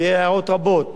והעיר הערות רבות.